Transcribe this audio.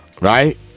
right